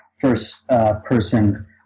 first-person